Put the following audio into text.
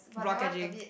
block catching